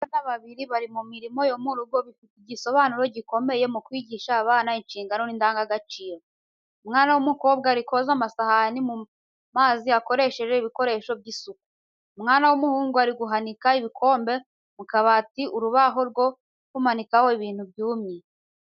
Abana babiri bari mu mirimo yo mu rugo bifite igisobanuro gikomeye mu kwigisha abana inshingano n’indangagaciro. Umwana w’umukobwa ari koza amasahani mu mazi akoresheje ibikoresho by’isuku. Umwana w’umuhungu ari guhanika ibikombe mu kabati urubaho rwo kumanikaho ibintu byumye.